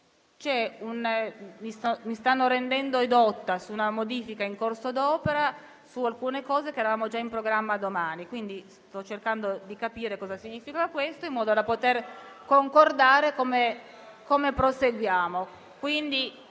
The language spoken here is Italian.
Mi stanno rendendo edotta su una modifica in corso d'opera su alcuni punti che avevamo già in programma domani, per cui sto cercando di capire cosa significa questo, in modo da poter concordare come proseguire.